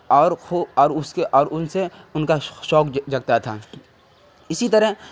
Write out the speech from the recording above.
اور اور اس کے اور ان سے ان کا شوق جگتا تھا اسی طرح